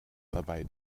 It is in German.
dabei